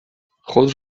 خود